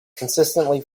consistently